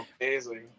amazing